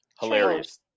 Hilarious